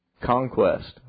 conquest